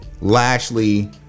Lashley